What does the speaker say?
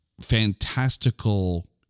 fantastical